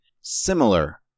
similar